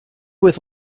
with